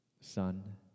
Son